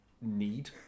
need